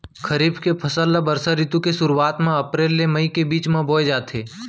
खरीफ के फसल ला बरसा रितु के सुरुवात मा अप्रेल ले मई के बीच मा बोए जाथे